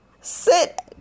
Sit